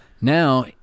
Now